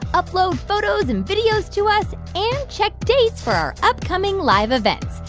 upload photos and videos to us and check dates for our upcoming live events.